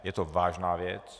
Je to vážná věc.